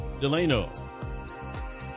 Delano